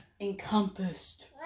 encompassed